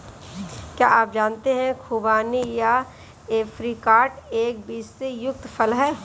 क्या आप जानते है खुबानी या ऐप्रिकॉट एक बीज से युक्त फल है?